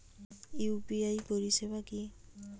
UPI পরিসেবা কি?